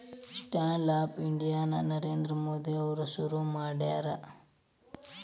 stand up India ನ ನರೇಂದ್ರ ಮೋದಿ ಅವ್ರು ಶುರು ಮಾಡ್ಯಾರ